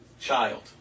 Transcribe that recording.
Child